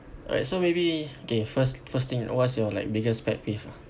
alright so maybe K first first thing what's your like biggest pet peeve ah